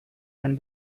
and